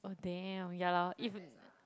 oh damn ya lor if